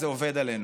זה עובד עלינו.